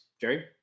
Jerry